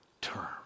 term